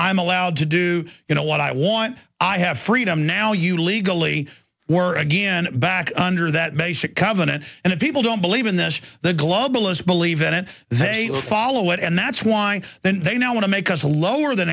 i'm allowed to do you know what i want i have freedom now you legally were again back under that basic covenant and if people don't believe in this the globalist believe in it they follow it and that's why and then they now want to make us a lower than